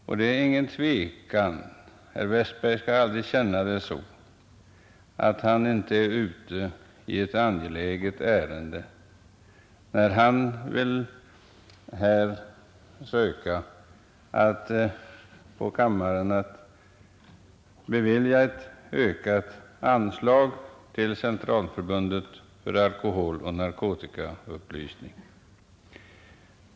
Det råder ingen tvekan om — det måste herr Westberg i Ljusdal förstå — att utskottet anser att han är ute i angeläget ärende, när han vill söka få kammaren att bevilja ett ökat anslag till Centralförbundet för alkoholoch narkotikaupplysning.